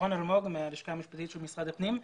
הלשכה המשפטית של משרד הפנים.